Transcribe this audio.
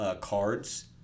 cards